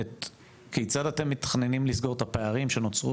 כיצד אתם מתכננים לסגור את הפערים שנוצרו